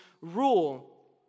rule